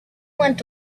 went